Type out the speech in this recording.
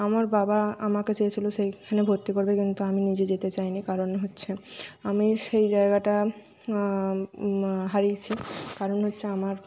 আমার বাবা আমাকে চেয়েছিলো সেইখানে ভর্তি করবে কিন্তু আমি নিজে যেতে চাইনি কারণ হচ্ছে আমি সেই জায়গাটা হারিয়েছি কারণ হচ্ছে আমার